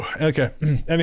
Okay